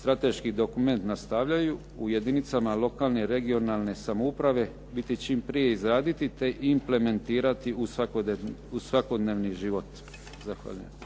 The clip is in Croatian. strateški dokument nastavljaju u jedinicama lokalne i regionalne samouprave biti čim prije izraditi te implementirati u svakodnevni život. Zahvaljujem.